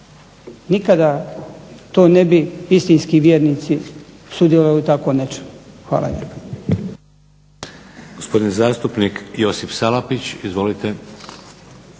nikada to ne bi istinski vjernici sudjelovali u tako nečemu. Hvala